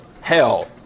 hell